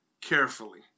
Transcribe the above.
carefully